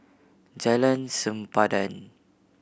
Jalan Sempadan